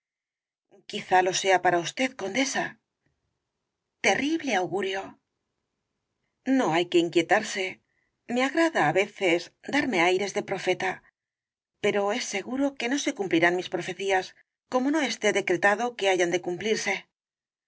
quizá lo sea para usted condesa terrible augurio no hay que inquietarse me agrada á veces tomo i v rosalía de castro darme aires de profeta pero es seguro que no se cumplirán mis profecías como no esté decretado que hayan de cumplirse